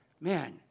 man